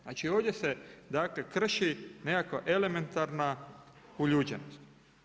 Znači ovdje se dakle krši nekakva elementarna uljuđenost.